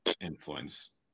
influence